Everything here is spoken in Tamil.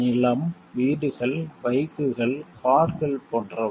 நிலம் வீடுகள் பைக்குகள் கார்கள் போன்றவை